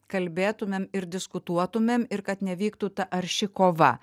kalbėtumėm ir diskutuotumėm ir kad nevyktų ta arši kova